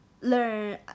learn